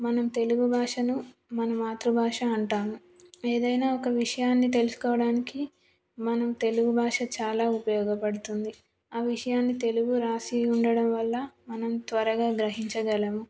మనం తెలుగు భాషను మన మాతృభాష అంటాము ఏదైనా ఒక విషయాన్ని తెలుసుకోవడానికి మనం తెలుగు భాష చాలా ఉపయోగపడుతుంది ఆ విషయాన్ని తెలుగు వ్రాసి ఉండడం వల్ల మనం త్వరగా గ్రహించగలము